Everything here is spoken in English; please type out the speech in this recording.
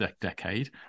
decade